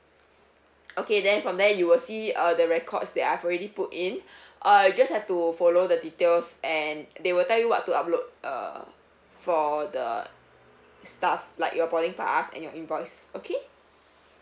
okay then from there you will see uh the records that I've already put in uh just have to follow the details and they will tell you what to upload uh for the stuff like your boarding pass and your invoice okay